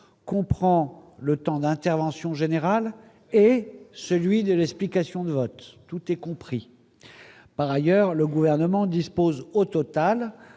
prend le temps d'intervention générale et celui de l'explication de vote, tout est compris, par ailleurs, le gouvernement dispose au total